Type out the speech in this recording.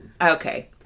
Okay